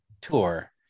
tour